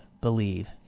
believe